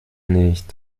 nicht